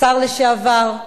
השר לשעבר,